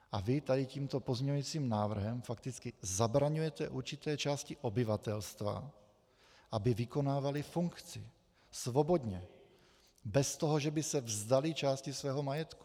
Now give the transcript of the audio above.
A vy tady tímto pozměňovacím návrhem fakticky zabraňujete určité části obyvatelstva, aby vykonávali funkci svobodně, bez toho, že by se vzdali části svého majetku.